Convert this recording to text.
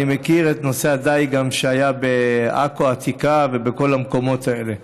אני מכיר גם את נושא הדיג שהיה בעכו העתיקה ובכל המקומות האלה.